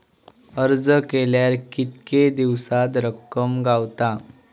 अर्ज केल्यार कीतके दिवसात रक्कम गावता?